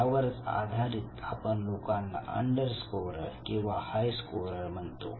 यावरच आधारित आपण लोकांना अंडर स्कोरर किंवा हाय स्कोरर म्हणतो